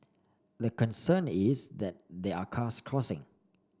the concern is that there are cars crossing